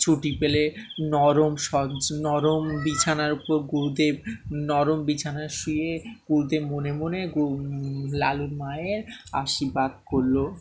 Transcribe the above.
ছুটি পেলে নরম সজ নরম বিছানার উপর গুরুদেব নরম বিছানা শুয়ে গুরুদেব মনে মনে গু লালুর মায়ের আশীর্বাদ করলো